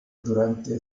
durante